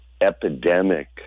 epidemic